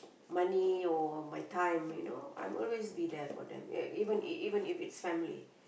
money or my time you know I'll always be there for them yeah even if even I it's family